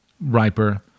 riper